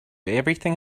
everything